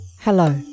Hello